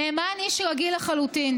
נאמן איש רגיל לחלוטין.